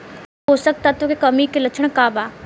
पोषक तत्व के कमी के लक्षण का वा?